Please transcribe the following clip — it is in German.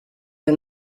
der